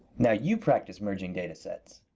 now you practice merging data sets.